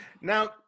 Now